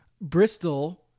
Bristol